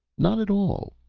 not at all,